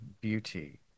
beauty